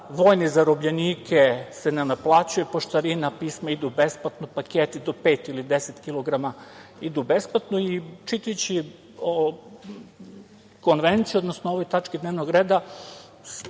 vojne zarobljenike se ne naplaćuje poštarina, pisma idu besplatno, paketi do pet ili 10 kilograma idu besplatno. Čitajući o Konvenciji, odnosno ovoj tački dnevnog reda